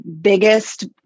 biggest